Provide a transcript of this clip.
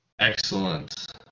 Excellent